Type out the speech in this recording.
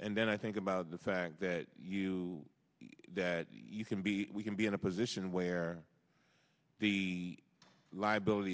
and then i think about the fact that you that you can be we can be in a position where the liability